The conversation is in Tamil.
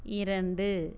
இரண்டு